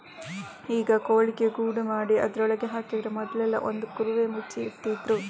ಈಗ ಕೋಳಿಗೆ ಗೂಡು ಮಾಡಿ ಅದ್ರೊಳಗೆ ಹಾಕಿದ್ರೆ ಮೊದ್ಲೆಲ್ಲಾ ಒಂದು ಕುರುವೆ ಮುಚ್ಚಿ ಇಡ್ತಿದ್ರು